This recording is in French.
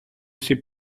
sais